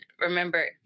remember